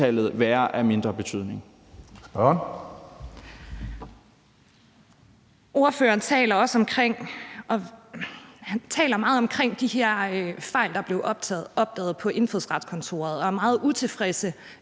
Ordføreren taler også meget om de her fejl, der blev opdaget på Indfødsretskontoret, og er meget utilfreds